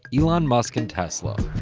elon musk and tesla.